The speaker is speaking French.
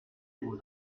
roses